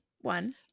One